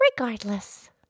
Regardless